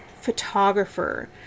photographer